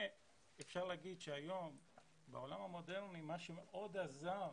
אפשר להגיד שהיום בעולם המודרני מה שמאוד עזר